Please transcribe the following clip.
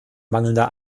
mangelnder